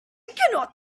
cannot